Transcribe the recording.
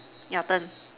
your turn